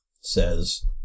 says